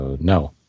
No